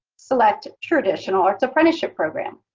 select traditional arts apprenticeship program.